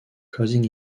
causing